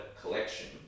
collection